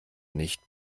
nicht